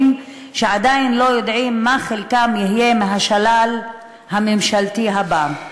שעדיין לא יודעים מה יהיה חלקם בשלל הממשלתי הבא,